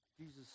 Jesus